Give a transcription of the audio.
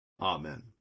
Amen